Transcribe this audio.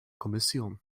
kommission